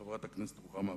חברת הכנסת רוחמה אברהם,